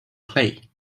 clay